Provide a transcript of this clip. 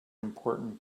important